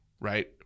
right